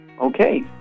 Okay